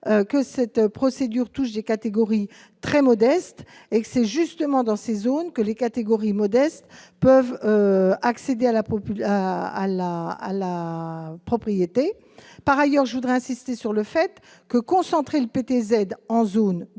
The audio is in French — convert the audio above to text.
que cette procédure touche des catégories très modestes et c'est justement dans ces zones que les catégories modestes peuvent accéder à la populaire. à la à la. Propriété et, par ailleurs, je voudrais insister sur le fait que concentrer le PTZ en zone